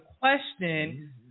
question